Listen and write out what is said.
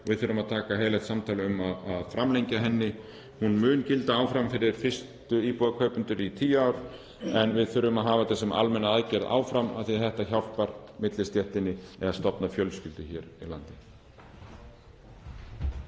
við þurfum að taka heiðarlegt samtal um að framlengja henni. Hún mun gilda áfram fyrir fyrstu íbúðarkaupendur í tíu ár. En við þurfum að hafa þetta sem almenna aðgerð áfram af því að hún hjálpar millistéttinni við að stofna fjölskyldur hér í landinu.